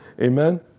Amen